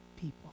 people